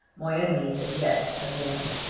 my enemies as yet had won.